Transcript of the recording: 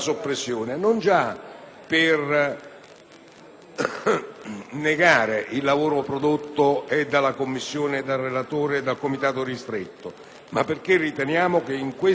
non già per negare il lavoro prodotto e dalla Commissione e dal relatore e dal Comitato ristretto, ma perché riteniamo che in questa proposizione sia dato spazio